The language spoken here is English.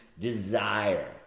desire